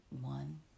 one